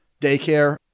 daycare